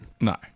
No